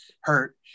hurt